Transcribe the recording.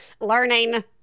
learning